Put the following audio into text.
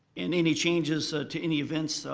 and any changes to any events,